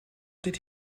did